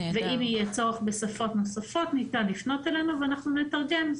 אם יהיה צורך בשפות נוספות ניתן לפנות אלינו ואנחנו נתרגם.